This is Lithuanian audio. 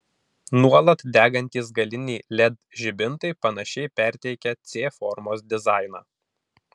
nuolat degantys galiniai led žibintai panašiai perteikia c formos dizainą